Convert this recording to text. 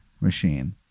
machine